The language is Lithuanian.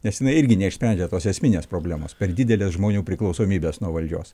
nes jinai irgi neišsprendžia tos esminės problemos per didelės žmonių priklausomybės nuo valdžios